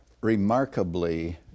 Remarkably